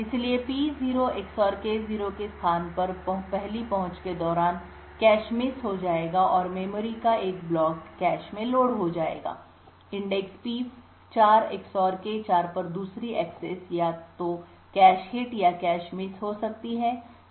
इसलिए P0 XOR K0 के स्थान पर पहली पहुंच के दौरान कैश मिस हो जाएगा और मेमोरी का एक ब्लॉक कैश में लोड हो जाएगा इंडेक्स P4 XOR K4 पर दूसरी एक्सेस या तो कैश हिट या कैश मिस हो सकती है